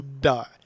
die